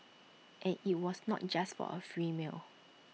and IT was not just for A free meal